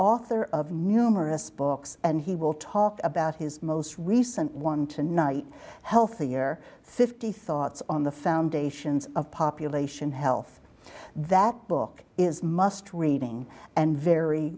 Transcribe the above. author of numerous books and he will talk about his most recent one tonight healthier fifty thoughts on the foundations of population health that book is must reading and very